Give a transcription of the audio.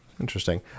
Interesting